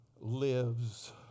lives